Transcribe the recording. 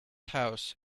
house